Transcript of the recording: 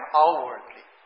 outwardly 。